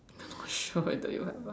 not sure that you have a